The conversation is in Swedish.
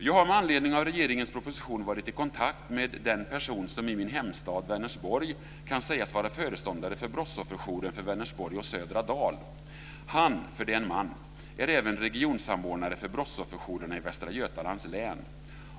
Vi har med anledning av regeringens proposition varit i kontakt med den person i min hemstad Vänersborg som kan sägas vara föreståndare för brottsofferjouren för Vänersborg och Södra Dal. Han - för det är en man - är även regionsamordnare för brottsofferjourerna i Västra Götalands län.